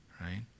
right